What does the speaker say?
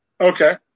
Okay